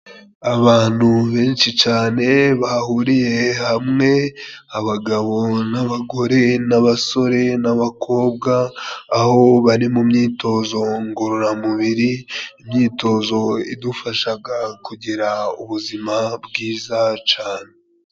Abantu benshi cyane bahuriye hamwe abagabo n'abagore n'abasore n'abakobwa, aho bari mu myitozo ngororamubiri. Imyitozo idufashaga kugira ubuzima bwiza cane.